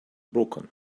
broken